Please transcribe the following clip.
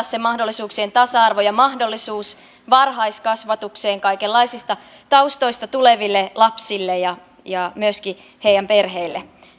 se mahdollisuuksien tasa arvo ja mahdollisuus varhaiskasvatukseen kaikenlaisista taustoista tuleville lapsille ja ja myöskin heidän perheilleen